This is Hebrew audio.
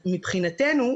מבחינתנו,